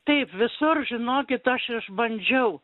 taip visur žinokit aš išbandžiau